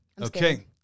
Okay